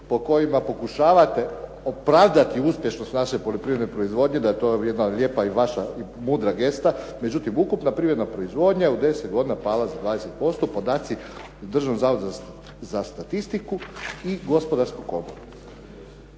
po kojima pokušavate opravdati uspješnost naše poljoprivredne proizvodnje da je to jedna lijepa i mudra gesta, međutim ukupna privredna proizvodnja je u deset godina pala za 20%, podaci u Državnom zavodu za statistiku i Gospodarsku komoru.